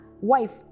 wife